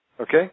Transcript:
Okay